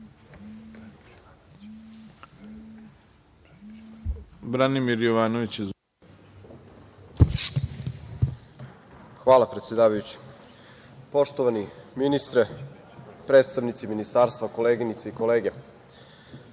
Hvala, predsedavajući. Poštovani ministre, predstavnici ministarstva, koleginice i kolege,